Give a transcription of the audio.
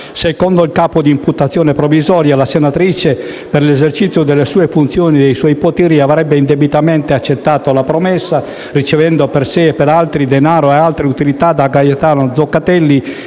Secondo il capo di imputazione provvisorio, la senatrice Bonfrisco, per l'esercizio delle sue funzioni e dei suoi poteri, avrebbe indebitamente accettato la promessa, ricevendo per sé e per altri, denaro e altre utilità da Gaetano Zoccatelli,